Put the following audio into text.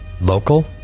Local